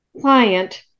client